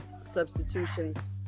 substitutions